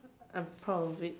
I'm proud of it